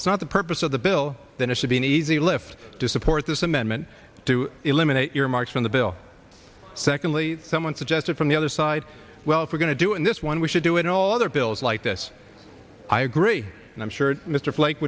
it's not the purpose of the bill than it should be an easy lift to support this amendment to eliminate earmarks from the bill secondly someone suggested from the other side well if we're going to do in this one we should do it all other bills like this i agree and i'm sure mr fl